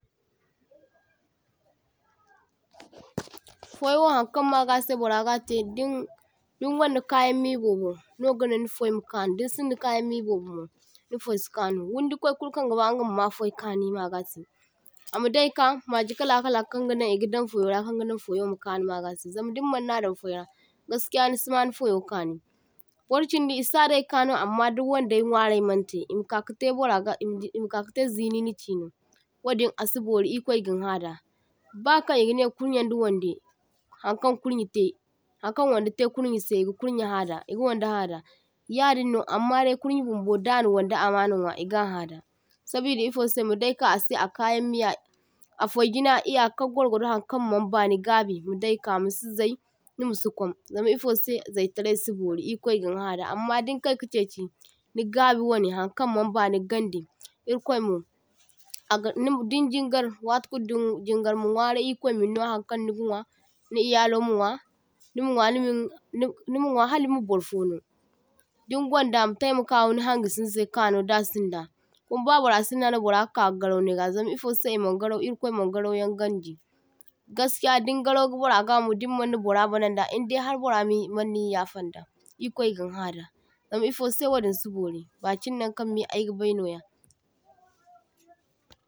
toh – toh Foi wo haŋkaŋ magase bara gate din din gonda kayaŋ miya bobo no gaŋa ni fai ma kaŋu, din sinda kayaŋ miya bobo ni foi si kaŋu, wondikwa kulu kaŋ gaba inga mama foi kani maga se ama daika magi kalakala kaŋ gaŋaŋ iga daŋ foyo ra kaŋgaŋaŋ foyo ma kaŋu magase, zam din maŋna daŋ foi ra gaskiya nisi ma ni fayo kaŋi. Borchindi isa dai ka no amma di waŋdai nwarai maŋ te im kakate bara ga indi ima kakate zinini chine, wadin asi bori ikwai gin ha da, bakaŋ iga ne kurnyen da waŋde haŋkaŋ kurnya te haŋkaŋ waŋde te kurnye se iga kurnye hada iga waŋde hada, yadinno amma dai kurnye bumbo daŋa waŋde amaŋa nwa iga ha da, sabida ifose madai ka ase a kayaŋ miya, a fai jina iyakaŋ gwargwado haŋkaŋ maŋba ni gabi madai ka masi zai, nimasi kwam, zama ifose zaitarai si bori irkwai gin hada amma din kai kachechi nigabi waŋe haŋkaŋ maŋba ni gaŋde irkwaimo aga nim din jingar watikulu din jingar ma nwarai irkwai min no haŋkaŋ niga nwa, ni iyalo ma nwa, nima nwa nimin ni nima nwa halin ma barfo no, din gwaŋda ma taimakawa ni haŋgisi se kaŋo da’sinda. Kuma ba bara sinda no bara ka garau niga zam ifose imaŋ garau irkwai man garauyan ganji. Gaskiya dingarau go bara ga mo dimmaŋni bara baŋaŋda indai bara nin maŋnin yafen da, ikwai gin hada zam ifose wadin si bori ba chin naŋkaŋ me aigabai noya.